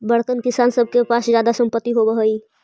बड़कन किसान सब के पास जादे सम्पत्ति होवऽ हई